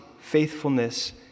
faithfulness